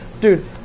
Dude